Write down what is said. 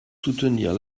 soutenir